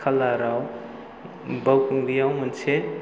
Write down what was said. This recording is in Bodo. खालाराव बाउखुंग्रियाव मोनसे